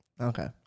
Okay